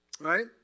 Right